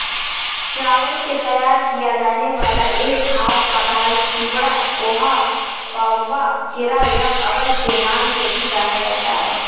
चावल से तैयार किया जाने वाला यह खाद्य पदार्थ चिवड़ा, पोहा, पाउवा, चिरा या अवल के नाम से भी जाना जाता है